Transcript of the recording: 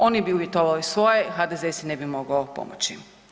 Oni bi uvjetovali svoje HDZ si ne bi mogao pomoći.